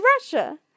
Russia